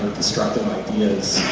destructive ideas